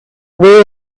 way